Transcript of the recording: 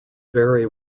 vary